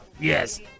Yes